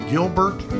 Gilbert